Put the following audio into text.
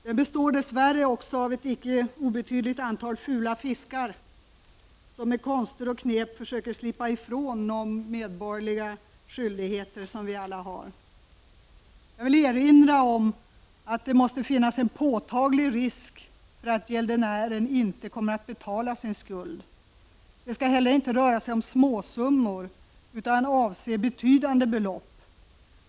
Den består dessvärre också av ett icke obetydligt antal fula fiskar, som med konster och knep försöker slippa ifrån de medborgerliga skyldigheter som vi alla har. Jag vill erinra om att det måste finnas en påtaglig risk för att gäldenären inte kommer att betala sin skuld. Det skall inte heller röra sig om småsummor, utan avse betydande belopp.